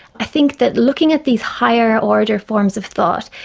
i think that looking at these higher-order forms of thought,